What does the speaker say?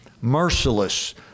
merciless